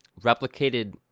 Replicated